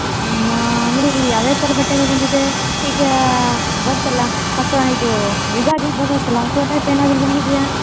ನಿಮ್ಮ ಅಂಗಡಿಲಿ ಯಾವ ಯಾವ ಥರ ಬಟ್ಟೆಗಳು ಬಂದಿದೆ ಈಗ ಬಂತಲ್ಲ ಹೊಸ ಇದು ಯುಗಾದಿ ಹಬ್ಬ ಬಂತಲ್ಲ ಹೊಸ ಟೈಪ್ ಏನಾದರೂ ಬಂದಿದೆಯಾ